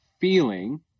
feeling